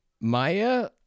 maya